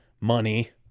money